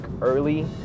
early